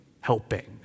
Helping